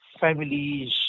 families